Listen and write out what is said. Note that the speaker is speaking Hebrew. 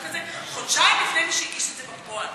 הזה חודשיים לפני מי שהגיש את זה בפועל?